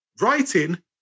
writing